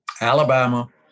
Alabama